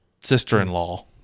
sister-in-law